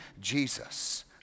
Jesus